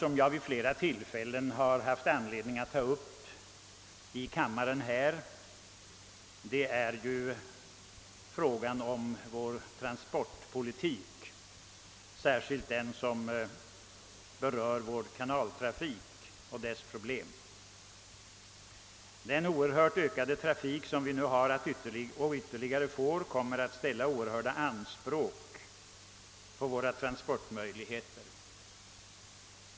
Jag har vid flera tillfällen haft anledning ta upp i kammaren frågan om vår transportpolitik, särskilt den del därav som berör kanaltrafiken och dess problem. Den oerhört ökade trafiken kommer att ställa stora anspråk på våra transportmedel.